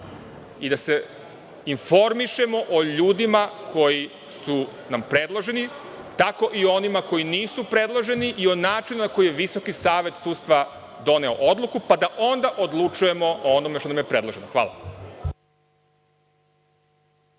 i da se informišemo o ljudima koji su nam predloženi, tako i onima koji nisu predloženi i o načinu na koji Visoki savet sudstva doneo odluku, pa da onda odlučujemo o onome što nam je predloženo. Hvala